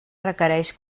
requerix